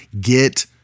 Get